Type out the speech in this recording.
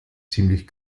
ziemlich